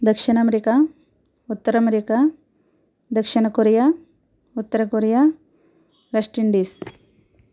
దక్షిణ అమెరికా ఉత్తర అమెరికా దక్షిణ కొరియా ఉత్తర కొరియా వెస్ట్ ఇండీస్